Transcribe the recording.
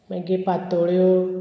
मागीर पातोळ्यो